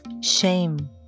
shame